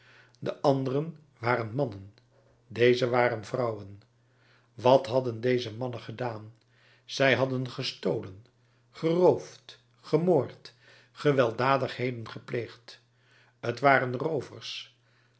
de anderen waren mannen dezen waren vrouwen wat hadden deze mannen gedaan zij hadden gestolen geroofd gemoord gewelddadigheden gepleegd t waren roovers